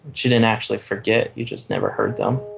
but you didn't actually forget. you just never heard them